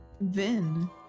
Vin